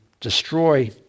destroy